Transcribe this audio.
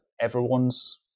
everyone's